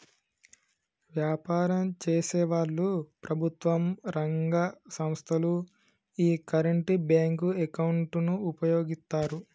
వ్యాపారం చేసేవాళ్ళు, ప్రభుత్వం రంగ సంస్ధలు యీ కరెంట్ బ్యేంకు అకౌంట్ ను వుపయోగిత్తాయి